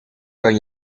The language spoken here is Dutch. kan